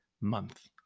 month